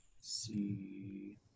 see